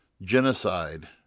genocide